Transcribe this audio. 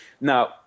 Now